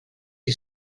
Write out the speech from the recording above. you